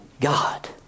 God